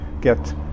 get